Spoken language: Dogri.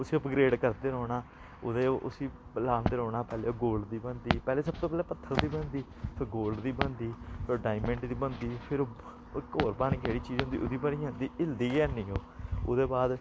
उसी अपग्रेड करदे रौह्ना ओह्दे उसी लांदे रौह्ना पैह्लें गोल्ड दी बनदी पैह्लें सब तू पैह्लें पत्थर दी बनदी फिर गोल्ड दी बनदी फिर डायमंड दी बनदी फिर ओह् इक होर पता निं केह्ड़ी चीज़ होंदी ओह्दी बनी जंदी हिलदी गै हैनी ओह् ओह्दे बाद